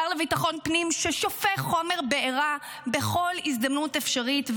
השר לביטחון לאומי שופך חומר בערה בכל הזדמנות אפשרית,